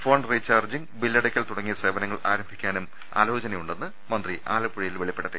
phone recharging ബില്ലടക്കൽ തുടങ്ങിയ സേവനങ്ങൾ ആരംഭിക്കാനും ആലോചനയു ണ്ടെന്ന് മന്ത്രി ആലപ്പുഴയിൽ വെളിപ്പെടുത്തി